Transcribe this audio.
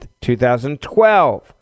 2012